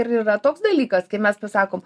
ir yra toks dalykas kai mes pasakom